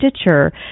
Stitcher